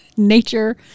nature